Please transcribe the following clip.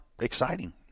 exciting